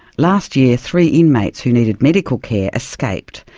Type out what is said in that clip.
last year, three inmates who needed medical care escaped,